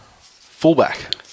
fullback